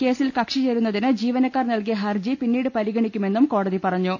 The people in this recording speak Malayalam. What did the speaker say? കേസിൽ കക്ഷിചേരുന്ന തിന് ജീവനക്കാർ നൽകിയ ഹർജി പിന്നീട് പരിഗണിക്കുമെന്നും കോടതി പറഞ്ഞു